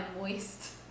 Moist